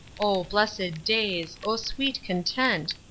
o blessed days, o sweet content,